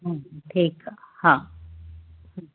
ठीक आहे हा